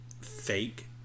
fake